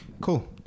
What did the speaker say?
cool